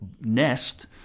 nest